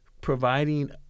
providing